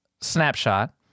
snapshot